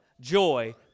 joy